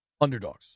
underdogs